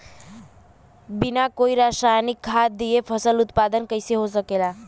बिना कोई रसायनिक खाद दिए फसल उत्पादन कइसे हो सकेला?